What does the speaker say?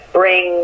bring